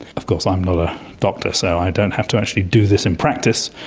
of course i'm not a doctor so i don't have to actually do this in practice,